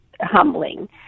humbling